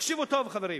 הקשיבו טוב, חברים: